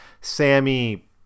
Sammy